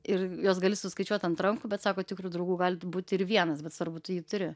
ir juos gali suskaičiuot ant rankų bet sako tikrų draugų gali būt ir vienas bet svarbu tu jį turi